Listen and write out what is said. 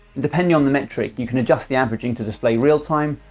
depending on the metric you can adjust the averaging to display real time,